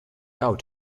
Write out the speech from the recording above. out